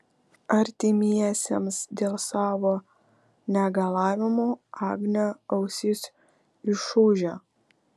artimiesiems dėl savo negalavimų agnė ausis išūžia